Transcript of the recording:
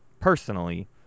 personally